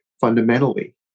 fundamentally